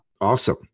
Awesome